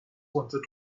wanted